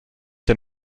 den